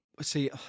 see